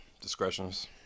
discretions